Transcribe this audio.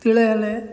ତିଳେ ହେଲେ